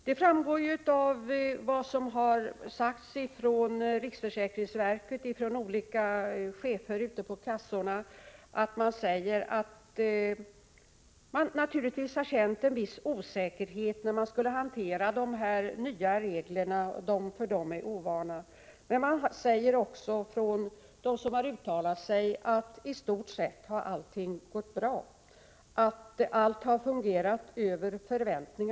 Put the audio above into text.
Det framgår ju av vad som har sagts ifrån riksförsäkringsverket och ifrån chefer ute på kassorna att man naturligtvis har känt en viss osäkerhet när man skulle hantera de nya reglerna som man var ovan vid. De som har uttalat sig har också sagt att allting i stort sett har gått bra och att allt har fungerat över förväntan.